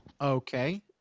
Okay